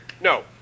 No